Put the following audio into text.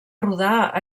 rodar